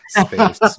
Space